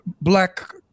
black